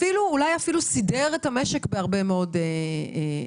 אולי אפילו סידר את המשק בהרבה מאוד רבדים,